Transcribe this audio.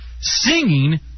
singing